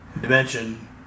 dimension